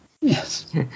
Yes